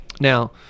Now